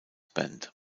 band